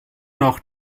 noch